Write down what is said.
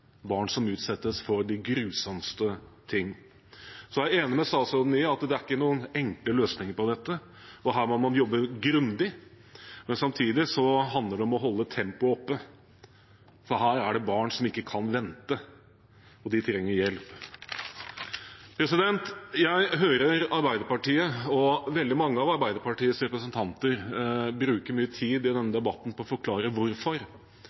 barn som utsettes for de grusomste ting. Jeg er også enig med statsråden i at det ikke er noen enkle løsninger på dette, og at her må man jobbe grundig. Samtidig handler det om å holde tempoet oppe, for her er det barn som ikke kan vente, og de trenger hjelp. Jeg hører at Arbeiderpartiet og veldig mange av Arbeiderpartiets representanter bruker mye tid i denne debatten på å forklare hvorfor